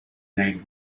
name